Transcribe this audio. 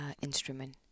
instrument